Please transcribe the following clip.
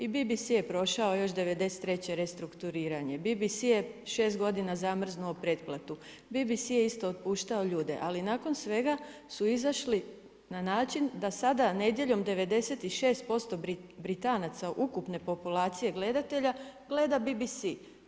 I BBC je prošao još 93. restrukturiranje, BBC je 6 godina zamrznuo pretplatu, BBC je isto otpuštao ljude, ali nakon svega su izašli na način da sada nedjeljom 96% Britanaca ukupne populacije gledatelja gleda BBC.